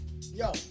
Yo